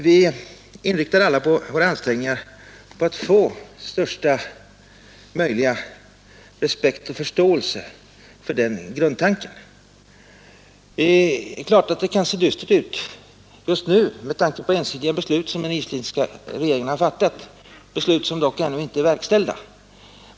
Vi inriktar alla våra ansträngningar på att få största möjliga respekt och förståelse för den grundtanken. Det är klart att det kan se dystert ut just nu med tanke på de ensidiga beslut som den isländska regeringen har fattat, beslut som dock ännu inte är verkställda.